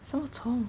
什么虫